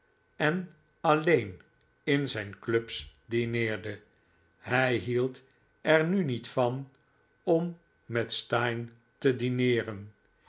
en alleen in zijn clubs dineerde hij hield er nu niet van om met steyne te dineeren